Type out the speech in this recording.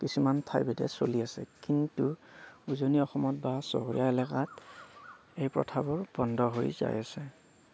কিছুমান ঠাইভেদে চলি আছে কিন্তু উজনি অসমত বা চহৰীয়া এলেকাত এই প্ৰথাবোৰ বন্ধ হৈ যায় আছে